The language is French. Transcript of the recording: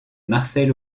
marcel